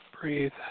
Breathe